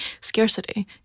scarcity